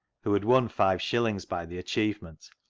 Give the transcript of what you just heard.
who had won five shillings by the achievement,